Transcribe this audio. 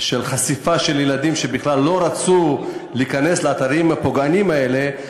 על חשיפה של ילדים שבכלל לא רצו להיכנס לאתרים הפוגעניים האלה,